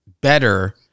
better